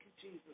Jesus